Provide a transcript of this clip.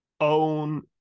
own